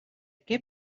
què